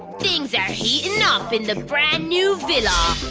things are heating up in the brand new villa.